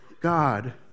God